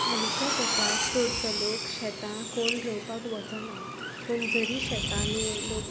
हांलीच्या तेंपाक चडसो लोक शेतां कोण रोवपाक वचना पण जरी शेतांनी लोक